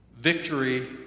Victory